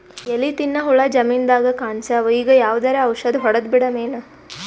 ಎಲಿ ತಿನ್ನ ಹುಳ ಜಮೀನದಾಗ ಕಾಣಸ್ಯಾವ, ಈಗ ಯಾವದರೆ ಔಷಧಿ ಹೋಡದಬಿಡಮೇನ?